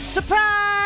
Surprise